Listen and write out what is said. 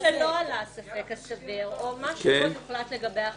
נגיד שהוא סבור שלא עלה הספק הסביר או משהו פה יוחלט לגבי החזקה,